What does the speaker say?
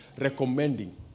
recommending